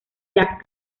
jack